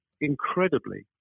incredibly